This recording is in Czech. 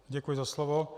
Děkuji za slovo.